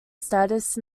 status